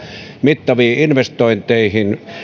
mittaviin investointeihin